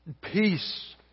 peace